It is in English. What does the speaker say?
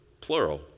Plural